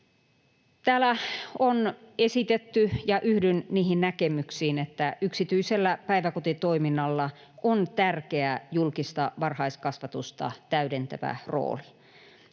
Täällä on esitetty — ja yhdyn niihin näkemyksiin — että yksityisellä päiväkotitoiminnalla on tärkeä, julkista varhaiskasvatusta täydentävä rooli.